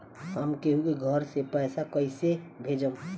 हम केहु के घर से पैसा कैइसे भेजम?